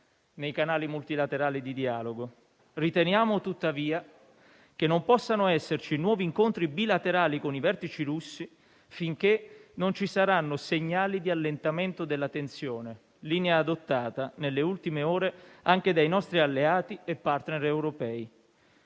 nei canali multilaterali di dialogo. Riteniamo tuttavia che non possano esserci nuovi incontri bilaterali con i vertici russi, finché non ci saranno segnali di allentamento della tensione: linea adottata nelle ultime ore anche dai nostri alleati e *partner* europei.